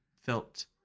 felt